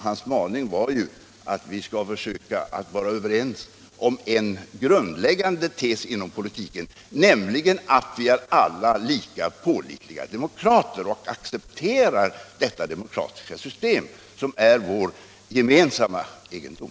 Hans maning var att vi skall försöka att vara överens om en grundläggande tes inom politiken, nämligen att vi alla är lika pålitliga demokrater och accepterar det demokratiska system som är vår gemensamma egendom.